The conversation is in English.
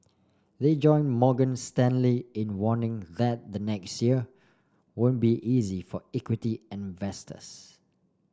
they join Morgan Stanley in warning that the next year won't be easy for equity investors